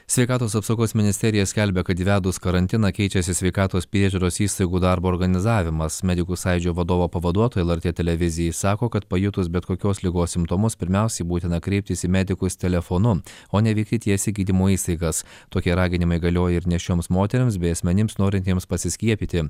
sveikatos apsaugos ministerija skelbia kad įvedus karantiną keičiasi sveikatos priežiūros įstaigų darbo organizavimas medikų sąjūdžio vadovo pavaduotoja lrt televizijai sako kad pajutus bet kokios ligos simptomus pirmiausiai būtina kreiptis į medikus telefonu o ne vykti tiesiai į gydymo įstaigas tokie raginimai galioja ir nėščioms moterims bei asmenims norintiems pasiskiepyti